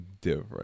different